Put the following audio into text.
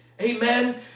Amen